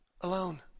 alone